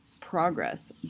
progress